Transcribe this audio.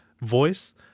voice